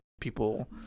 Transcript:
people